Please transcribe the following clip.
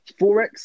Forex